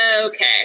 okay